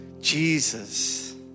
Jesus